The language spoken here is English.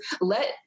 let